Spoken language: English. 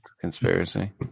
Conspiracy